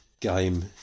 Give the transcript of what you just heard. game